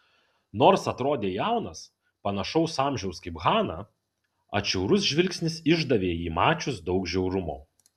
nors atrodė jaunas panašaus amžiaus kaip hana atšiaurus žvilgsnis išdavė jį mačius daug žiaurumo